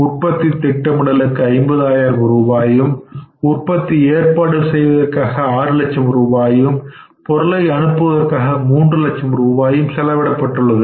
உற்பத்தித் திட்டமிடலுக்கு 50000 ரூபாயும் உற்பத்தியை ஏற்பாடு செய்வதற்காக 6 லட்சம் ரூபாயும் பொருளை அனுப்புவதற்காக மூன்று லட்சம் ரூபாயும் செலவிடப்பட்டுள்ளது